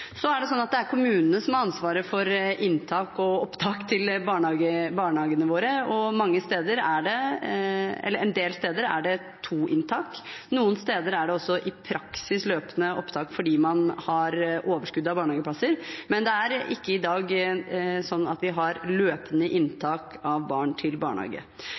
Det er kommunene som har ansvaret for inntak og opptak til barnehagene våre, og en del steder er det to inntak. Noen steder er det også i praksis løpende opptak, fordi man har overskudd av barnehageplasser. Men det er ikke i dag slik at vi har løpende inntak av barn til barnehage.